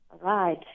Right